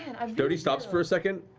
and um doty stops for a second,